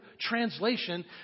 translation